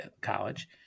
college